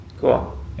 Cool